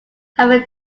having